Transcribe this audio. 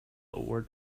award